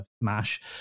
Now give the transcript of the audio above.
MASH